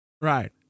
Right